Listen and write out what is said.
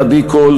עדי קול,